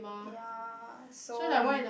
ya so we